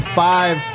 five